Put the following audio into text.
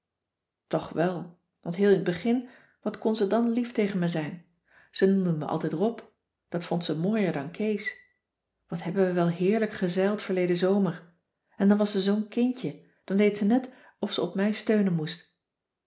toch wel want heel in t begin wat kon ze dan lief tegen me zijn ze noemde me altijd rob dat vond ze mooier dan kees wat hebben we wel heerlijk gezeild verleden zomer en dan was ze zoo'n kindje dan deed ze net of ze op mij steunen moest